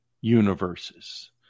universes